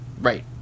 Right